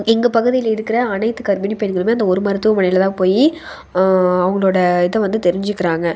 எங்கள் பகுதியில் இருக்கிற அனைத்து கர்ப்பிணி பெண்களுமே அந்த ஒரு மருத்துவமனையில் தான் போய் அவங்களோட இதை வந்து தெரிஞ்சிக்கிறாங்க